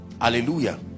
hallelujah